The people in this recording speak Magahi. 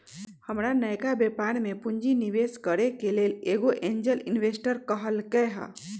हमर नयका व्यापर में पूंजी निवेश करेके लेल एगो एंजेल इंवेस्टर कहलकै ह